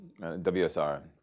WSR